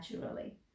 naturally